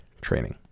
training